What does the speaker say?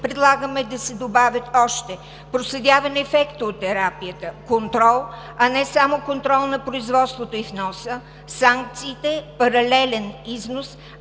предлагаме да се добавят още: проследяване ефекта от терапията – контрол, а не само контрол на производството и вноса, санкциите – паралелен износ,